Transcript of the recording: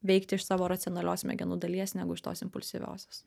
veikti iš savo racionalios smegenų dalies negu iš tos impulsyvios